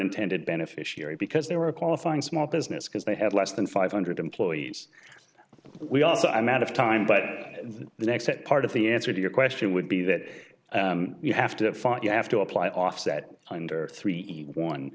unintended beneficiary because they were a qualifying small business because they had less than five hundred employees we also i'm out of time but the next part of the answer to your question would be that you have to find you have to apply offset under three one